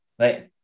Right